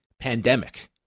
pandemic